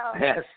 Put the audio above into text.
Yes